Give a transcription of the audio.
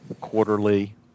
quarterly